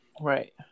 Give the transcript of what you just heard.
Right